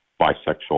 bisexual